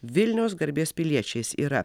vilniaus garbės piliečiais yra